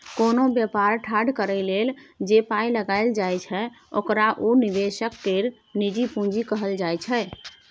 कोनो बेपार ठाढ़ करइ लेल जे पाइ लगाइल जाइ छै ओकरा उ निवेशक केर निजी पूंजी कहल जाइ छै